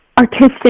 artistic